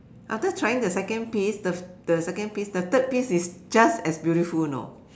after trying the second piece the the second piece the third piece is just as beautiful you know